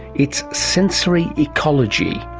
it's sensory ecology.